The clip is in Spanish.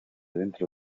dentro